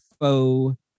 faux-